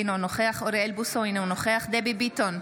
אינו נוכח אוריאל בוסו, אינו נוכח דבי ביטון,